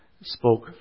spoke